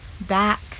back